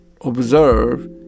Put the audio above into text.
observe